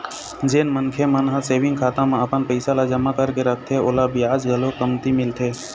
जेन मनखे मन ह सेविंग खाता म अपन पइसा ल जमा करके रखथे ओला बियाज घलोक कमती मिलथे